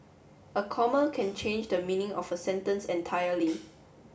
a comma can change the meaning of a sentence entirely